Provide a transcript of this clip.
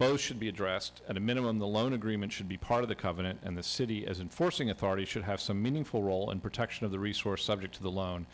oh should be addressed at a minimum the loan agreement should be part of the covenant and the city as enforcing authority should have some meaningful role and protection of the resource subject to the loan